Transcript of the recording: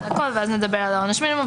נדבר על עונש המינימום,